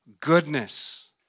Goodness